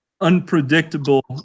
unpredictable